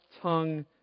tongue